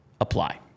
apply